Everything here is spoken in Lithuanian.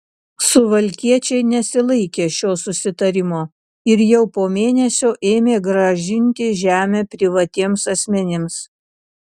suvalkiečiai nesilaikė šio susitarimo ir jau po mėnesio ėmė grąžinti žemę privatiems asmenims